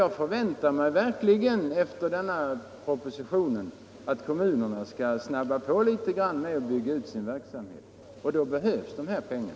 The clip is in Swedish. Jag väntar mig verkligen efter denna proposition att kommunerna skall snabba på med att bygga ut sin verksamhet, och då behövs dessa pengar.